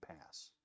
pass